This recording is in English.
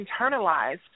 internalized